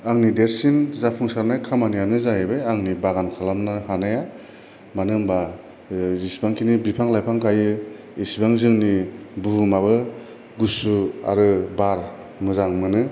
आंनि देरसिन जाफुंसारनाय खामानियानो जायैबाय आंनि बागान खालामनो हानाया मानो होनोब्ला जेसेबांखिनि बिफां लायफां गायो एसेबां जोंनि बुहुमाबो गुसु आरो बार मोजां मोनो